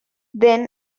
then